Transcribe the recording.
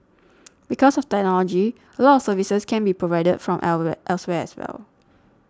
because of technology a lot of services can be provided from elsewhere as well